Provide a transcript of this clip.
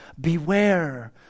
beware